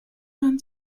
vingt